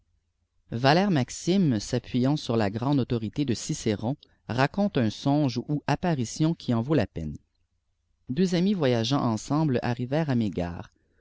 valère iime s'appûyant sur la grande autorité de cicéron raconte un songe ou apparition qui en vaut la peine deux amis voyageant ensemble arrivèrent à mégare